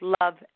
love